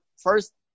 first